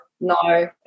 no